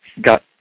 got